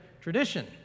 tradition